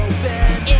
Open